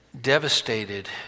devastated